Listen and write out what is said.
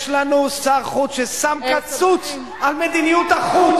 יש לנו שר חוץ ששם קצוץ על מדיניות החוץ,